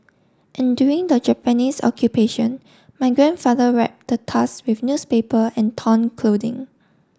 and during the Japanese Occupation my grandfather wrapped the tusk with newspaper and torn clothing